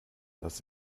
dass